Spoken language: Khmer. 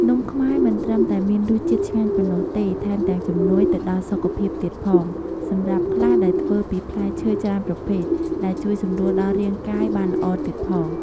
នំខ្មែរមិនត្រឹមតែមានរសជាតិឆ្ងាញ់ប៉ុណ្ណោះទេថែមទាំងជំនួយទៅដល់សុខភាពទៀតផងសម្រាប់ខ្លះដែលធ្វើពីផ្លែឈើច្រើនប្រភេទដែលជួយសម្រួលដល់រាងកាយបានល្អទៀតផង។